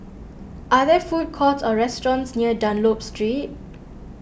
are there food courts or restaurants near Dunlop Street